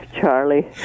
Charlie